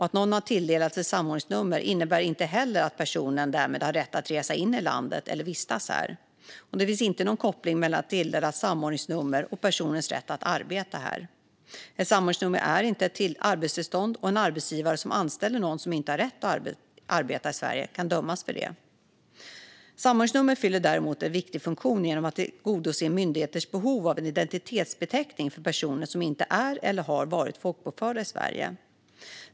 Att någon har tilldelats ett samordningsnummer innebär inte heller att personen därmed har rätt att resa in i landet eller att vistas här. Det finns inte någon koppling mellan ett tilldelat samordningsnummer och personens rätt att arbeta här. Ett samordningsnummer är inte ett arbetstillstånd, och en arbetsgivare som anställer någon som inte har rätt att arbeta i Sverige kan dömas för det. Samordningsnummer fyller däremot en viktig funktion genom att tillgodose myndigheters behov av en identitetsbeteckning för personer som inte är eller har varit folkbokförda i Sverige.